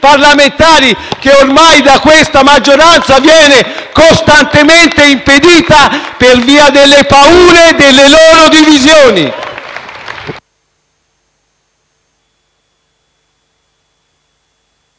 Parlamentari, che ormai da questa maggioranza viene costantemente impedita per via delle paure delle loro divisioni.